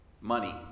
Money